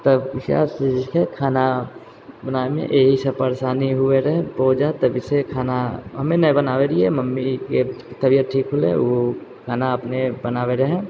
तऽ इएह सब जे छै खाना बनावैमे यही सब परेशानी हुए रहै ओहि वजहसँ तबसे खाना हम नहि बनाबे रहिये मम्मीके तबियत ठीक भेलै ओ खाना अपने बनाबे रहै